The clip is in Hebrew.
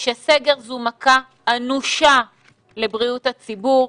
שסגר זו מכה אנושה לבריאות הציבור.